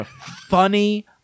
Funny